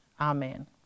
Amen